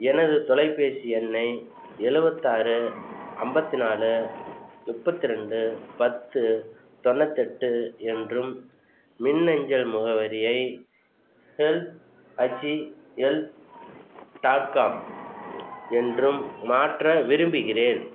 எனது தொலைபேசி எண்ணை எழுவத்தாறு ஐம்பத்தி நாலு முப்பத்தி ரெண்டு பத்து தொண்ணூற்றெட்டு என்றும் மின்னஞ்சல் முகவரியை help H C L dot com என்றும் மாற்ற விரும்புகிறேன்